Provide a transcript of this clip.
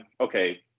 okay